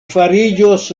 fariĝos